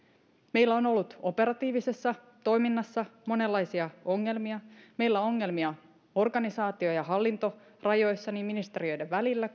meillä on ollut operatiivisessa toiminnassa monenlaisia ongelmia meillä on ongelmia organisaatio ja hallintorajoissa niin ministeriöiden välillä